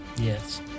Yes